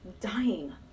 Dying